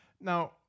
Now